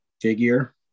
figure